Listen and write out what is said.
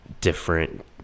different